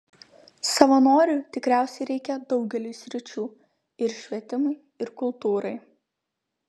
savanorių tikriausiai reikia daugeliui sričių ir švietimui ir kultūrai